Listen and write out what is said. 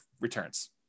returns